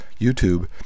YouTube